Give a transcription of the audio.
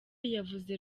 yavuze